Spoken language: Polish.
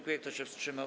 Kto się wstrzymał?